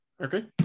Okay